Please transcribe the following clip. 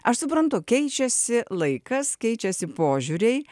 aš suprantu keičiasi laikas keičiasi požiūriai